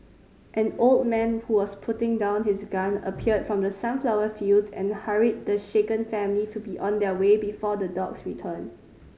an old man who was putting down his gun appeared from the sunflower fields and hurried the shaken family to be on their way before the dogs return